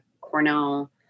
Cornell